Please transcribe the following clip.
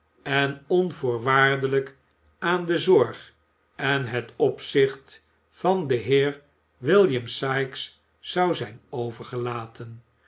en onvoorwaardelijk aan de zorg en het opzicht van den heer william sikes zou zijn overgelaten